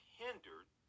hindered